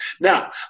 Now